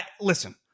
listen